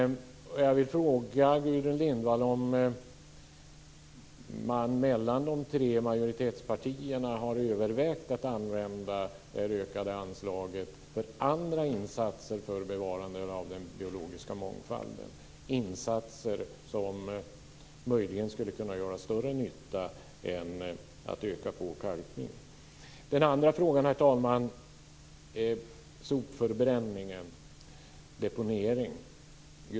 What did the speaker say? Jag vill fråga Gudrun Lindvall om man mellan de tre majoritetspartierna har övervägt att använda det ökade anslaget för andra insatser för bevarandet av den biologiska mångfalden. Jag tänker på insatser som möjligen skulle kunna göra större nytta än att öka på kalkningen. Herr talman! Den andra frågan gäller sopförbränning och deponering.